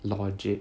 logic